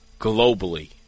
globally